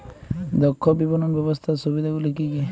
দক্ষ বিপণন ব্যবস্থার সুবিধাগুলি কি কি?